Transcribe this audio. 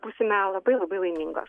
būsime labai labai laimingos